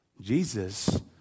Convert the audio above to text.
Jesus